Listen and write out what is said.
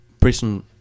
prison